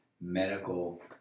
medical